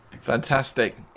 Fantastic